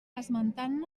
esmentant